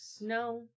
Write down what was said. No